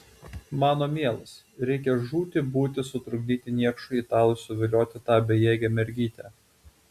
mano mielas reikia žūti būti sutrukdyti niekšui italui suvilioti tą bejėgę mergytę